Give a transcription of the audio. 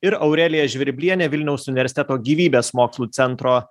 ir aurelija žvirblienė vilniaus universiteto gyvybės mokslų centro